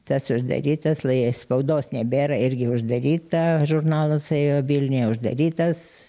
tas uždarytas lai spaudos nebėra irgi uždaryta žurnalas ėjo vilniuje uždarytas